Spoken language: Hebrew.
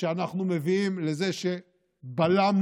שאנחנו מביאים לזה שבלמנו.